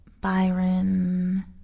Byron